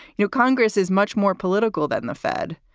you know, congress is much more political than the fed.